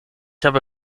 habe